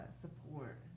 support